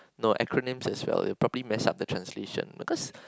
no acronyms as well it'll probably mess up the translation because